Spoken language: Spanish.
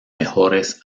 mejores